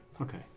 Okay